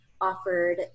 offered